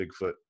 bigfoot